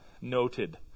Noted